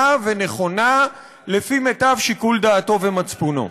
ונכונה לפי מיטב שיקול דעתו ומצפונו.